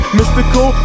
mystical